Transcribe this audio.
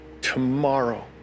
tomorrow